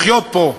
לחיות פה.